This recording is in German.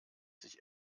sich